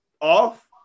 off